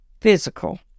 physical